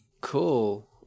Cool